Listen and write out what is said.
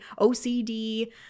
OCD